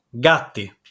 Gatti